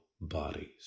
bodies